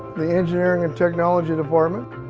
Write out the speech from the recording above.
the engineering and technology department.